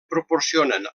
proporcionen